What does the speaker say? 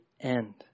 end